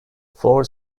four